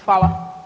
Hvala.